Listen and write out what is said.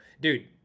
dude